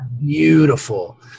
beautiful